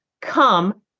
come